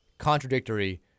contradictory